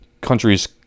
countries